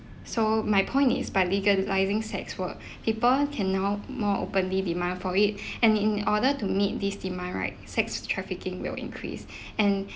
so my point is by legalising sex work people can now more openly demand for it and in order to meet this demand right sex trafficking will increase and